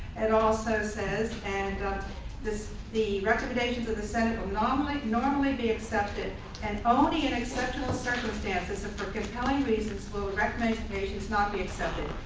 and also says, and the recommendations of the senate will normally normally be accepted and only in exceptional circumstances for compelling reasons will recommendations not be accepted.